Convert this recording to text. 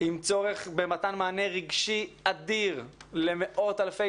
עם צורך במתן מענה רגשי אדיר למאות אלפי